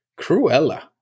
Cruella